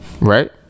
right